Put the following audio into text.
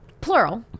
plural